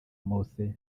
mose